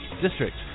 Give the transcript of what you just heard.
district